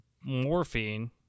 morphine